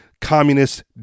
communist